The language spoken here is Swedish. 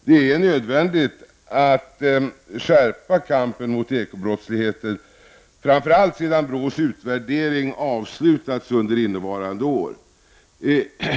Det är nödvändigt att förstärka kampen mot ekobrottsligheten, varav miljöbrotten utgör en viktig del.